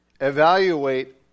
evaluate